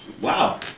Wow